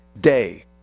day